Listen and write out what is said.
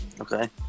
Okay